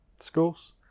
schools